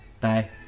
Bye